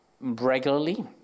regularly